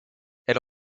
elle